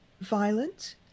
violent